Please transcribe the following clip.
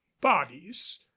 bodies